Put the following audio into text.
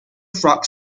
frog